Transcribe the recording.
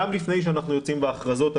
גם לפני שאנחנו יוצאים בהכרזות הגדולות,